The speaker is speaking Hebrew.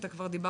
אתה כבר דיברת,